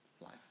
life